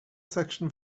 section